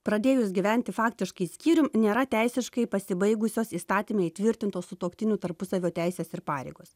pradėjus gyventi faktiškai skyrium nėra teisiškai pasibaigusios įstatyme įtvirtintos sutuoktinių tarpusavio teisės ir pareigos